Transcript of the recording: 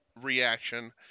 reaction